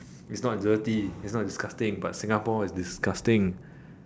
it's not dirty it's not disgusting but Singapore is disgusting